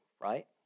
right